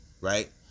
right